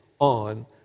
on